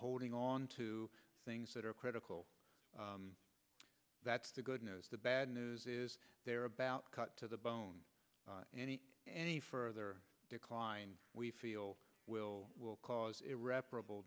holding on to things that are critical that's the good news the bad news is there are about cut to the bone any any further decline we feel will cause irreparable